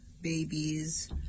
Babies